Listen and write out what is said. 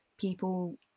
people